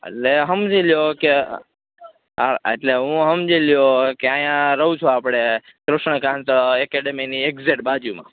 એટલે સમજી લો કે આ એટલે હું સમજી લો કે અહીંયા રહું છું આપણે કૃષ્ણકાંત એકેડમિની એકઝેટ બાજુમાં